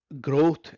growth